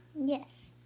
Yes